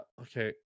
Okay